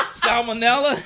salmonella